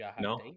No